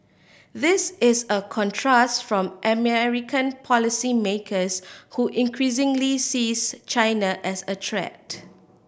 this is a contrast from American policymakers who increasingly sees China as a threat